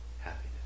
happiness